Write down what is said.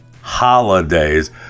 Holidays